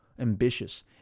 ambitious